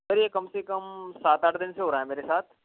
sir ये कम से कम सात आठ दिन से हो रहा है मेरे साथ